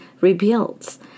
rebuilds